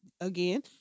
Again